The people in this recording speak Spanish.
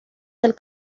del